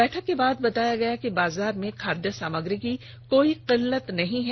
बैठक के बाद बताया गया कि बाजार में खाद्य सामग्री की कोई किल्लत नहीं है